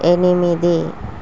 ఎనిమిది